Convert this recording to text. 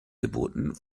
geboten